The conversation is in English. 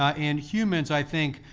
ah and humans, i think,